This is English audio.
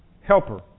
helper